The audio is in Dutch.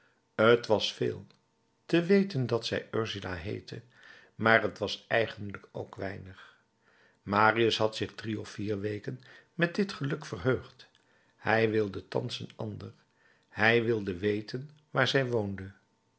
t was veel te weten dat zij ursula heette maar t was eigenlijk ook weinig marius had zich drie of vier weken met dit geluk verheugd hij wilde thans een ander hij wilde weten waar zij woonde